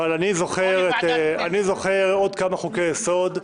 אבל אני זוכר עוד כמה חוקי יסוד,